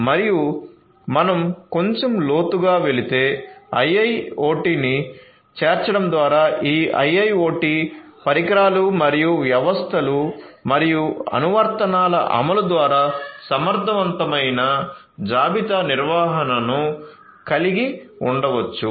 మరియు మనం కొంచెం లోతుగా వెళితే IIoT ను చేర్చడం ద్వారా ఈ IIoT పరికరాలు మరియు వ్యవస్థలు మరియు అనువర్తనాల అమలు ద్వారా సమర్థవంతమైన జాబితా నిర్వహణను కలిగి ఉండవచ్చు